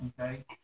okay